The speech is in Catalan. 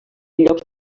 llocs